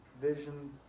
vision